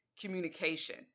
communication